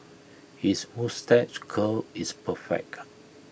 his moustache curl is perfect